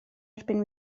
erbyn